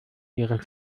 ihre